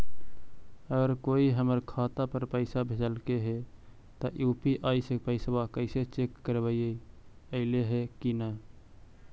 अगर कोइ हमर खाता पर पैसा भेजलके हे त यु.पी.आई से पैसबा कैसे चेक करबइ ऐले हे कि न?